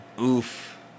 Oof